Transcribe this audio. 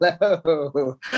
hello